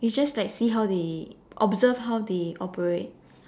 it's just like see how they observe how they operate